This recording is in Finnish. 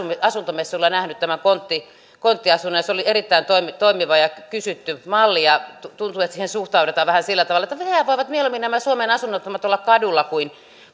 asuntomessuilla nähnyt tällaisen konttiasunnon ja se oli erittäin toimiva toimiva ja kysytty malli tuntuu että siihen suhtaudutaan vähän sillä tavalla että nehän voivat mieluummin nämä suomen asunnottomat olla kaduilla kuin